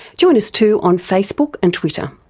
join us too on facebook and twitter.